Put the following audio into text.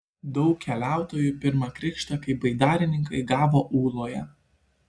daug keliautojų pirmą krikštą kaip baidarininkai gavo ūloje